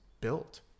built